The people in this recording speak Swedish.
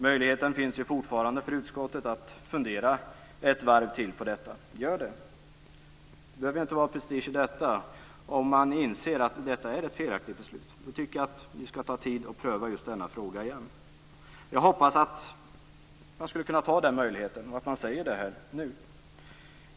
Möjligheten finns fortfarande för utskottet att fundera ett varv till. Gör det! Det behöver inte vara någon prestige i detta. Om man inser att detta är ett felaktigt beslut tycker jag man skall ta tid att pröva just denna fråga igen. Jag hoppas att man kan ta den möjligheten och att man säger det här nu.